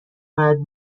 باید